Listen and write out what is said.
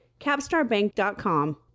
capstarbank.com